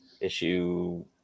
issue